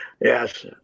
Yes